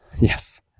Yes